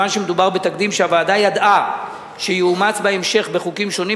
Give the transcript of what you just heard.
מכיוון שמדובר בתקדים שהוועדה ידעה שיאומץ בהמשך בחוקים שונים,